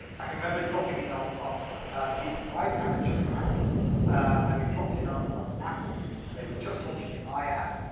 i can remember dropping in on, um the ipad had just come out and we dropped in um on apple and they were just launching the iad